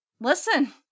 listen